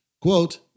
Quote